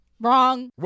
Wrong